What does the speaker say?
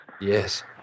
Yes